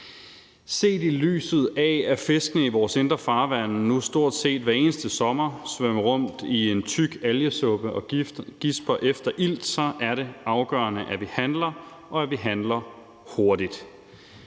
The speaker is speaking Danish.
Set i lyset af at fiskene i vores indre farvande nu stort set hver eneste sommer svømmer rundt i en tyk algesuppe og gisper efter ilt, er det afgørende, at vi handler, og at vi handler hurtigt.